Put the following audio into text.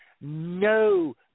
No